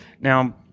Now